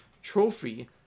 Trophy